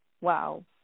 Wow